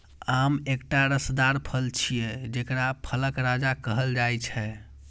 आम एकटा रसदार फल छियै, जेकरा फलक राजा कहल जाइ छै